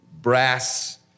brass